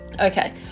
Okay